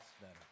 better